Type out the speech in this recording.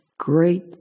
Great